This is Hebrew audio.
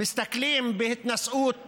מסתכלים בהתנשאות